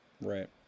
Right